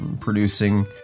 producing